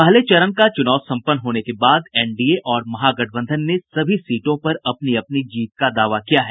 पहले चरण का चूनाव सम्पन्न होने के बाद एनडीए और महागठबंधन ने सभी सीटों पर अपनी अपनी जीत का दावा किया है